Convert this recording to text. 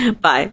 Bye